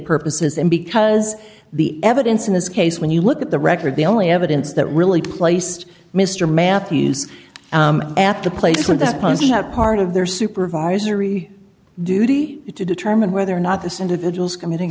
purposes and because the evidence in this case when you look at the record the only evidence that really placed mr matthews at the place of that policy have part of their supervisory duty to determine whether or not this individual's committing